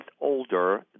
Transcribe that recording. older